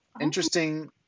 interesting